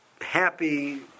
happy